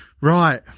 Right